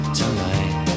tonight